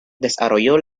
desarrolló